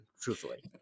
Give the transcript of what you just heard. Truthfully